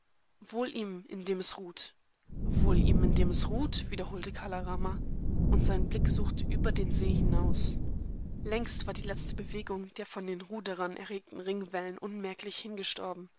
wohl ihm in dem es ruht wohl ihm in dem es ruht wiederholte kala rama und sein blick suchte über den see hinaus längst war die letzte bewegung der von den ruderern erregten ringwellen unmerklich hingestorben